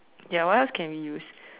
ya what else can we use